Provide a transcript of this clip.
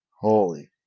Holy